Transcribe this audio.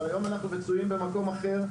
אבל היום אנחנו מצויים במקום אחר,